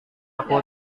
aku